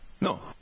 No